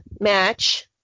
match